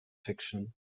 fiction